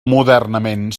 modernament